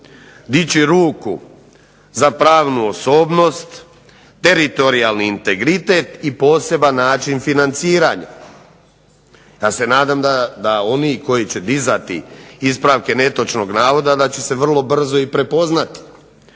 dići ruku za pravnu osobnost, teritorijalni integritet i poseban način financiranja. Ja se nadam da oni koji će dizati ispravke netočnih navoda da će se vrlo brzo i prepoznati,